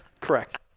Correct